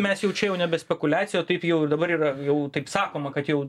mes jau čia jau nebe spekuliacija o taip jau ir dabar yra jau taip sakoma kad jau